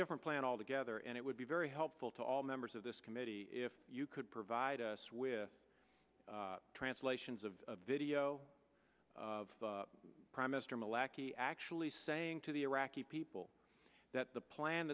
different plan altogether and it would be very helpful to all members of this committee if you could provide us with translations of a video of prime minister malaki actually saying to the iraqi people that the plan